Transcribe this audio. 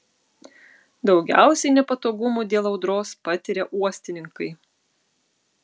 daugiausiai nepatogumų dėl audros patiria uostininkai